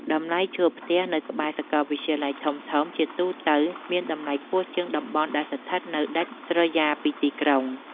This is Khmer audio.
តម្លៃជួលផ្ទះនៅក្បែរសាកលវិទ្យាល័យធំៗជាទូទៅមានតម្លៃខ្ពស់ជាងតំបន់ដែលស្ថិតនៅដាច់ស្រយាលពីក្រុង។